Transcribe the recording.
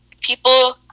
people